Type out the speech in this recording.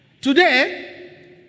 Today